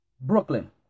Brooklyn